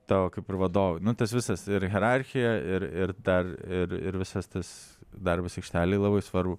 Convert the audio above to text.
tavo kaip ir vadovai nu tas visas ir hierarchija ir ir dar ir ir visas tas darbas aikštelėj labai svaru